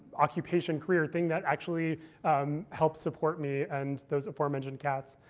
occupation career thing that actually helps support me and those aforementioned cats.